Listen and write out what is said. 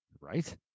Right